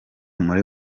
muri